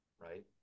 right